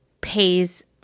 pays